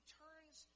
turns